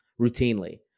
routinely